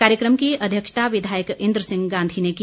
कार्यक्रम की अध्यक्षता विधायक इंद्र सिंह गांधी ने की